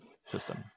system